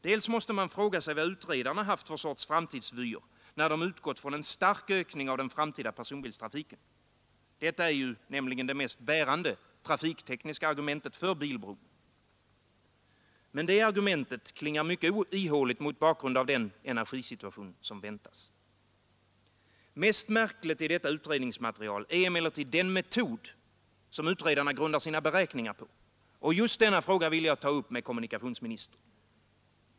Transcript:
Dels måste man fråga sig vad utredarna haft för sorts framtidsvyer, när de utgått från en stark ökning av den framtida personbilstrafiken. Detta är ju nämligen det mest bärande trafiktekniska argumentet för bilbron. Men det argumentet klingar mycket ihåligt mot bakgrund av den energisituation som väntas. Mest märkligt i detta utredningsmaterial är emellertid den metod som utredarna grundar sina beräkningar på. Och just denna fråga vill jag ta upp med kommunikationsministern.